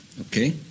Okay